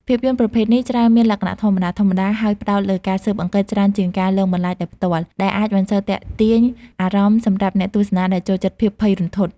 ភាពយន្តប្រភេទនេះច្រើនមានលក្ខណៈធម្មតាៗ ហើយផ្តោតលើការស៊ើបអង្កេតច្រើនជាងការលងបន្លាចដោយផ្ទាល់ ដែលអាចមិនសូវទាក់ទាញអារម្មណ៍សម្រាប់អ្នកទស្សនាដែលចូលចិត្តភាពភ័យរន្ធត់។